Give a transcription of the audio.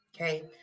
okay